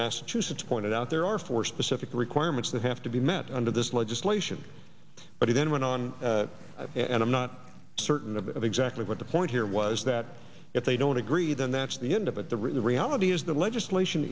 massachusetts pointed out there are four specific requirements that have to be met under this legislation but in went on and i'm not certain of exactly what the point here was that if they don't agree then that's the end of it the reality is the legislation